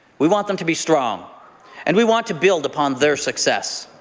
we want them to be strong and we want to build upon their success.